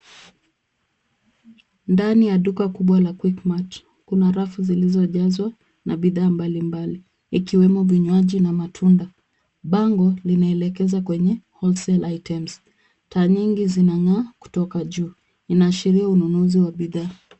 Ndani ya kubwa ya duka la Quickmart, kuna rafu zilizojazwa na bidhaa mbalimbali, ikiwemo vinywaji na matunda. Bango linaelekeza kwenye wholesale items . Taa nyingi zinang'aa kutoka juu. Linaashiria ununuzi wa bidhaa.